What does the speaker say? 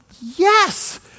yes